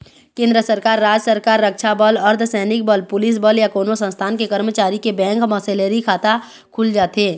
केंद्र सरकार, राज सरकार, रक्छा बल, अर्धसैनिक बल, पुलिस बल या कोनो संस्थान के करमचारी के बेंक म सेलरी खाता खुल जाथे